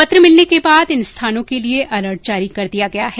पत्र मिलने के बाद इन स्थानों के लिए अलर्ट जारी कर दिया गया है